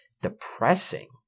depressing